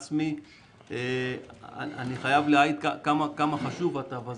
אני בעצמי חייב להעיד כמה חשוב התו הזה.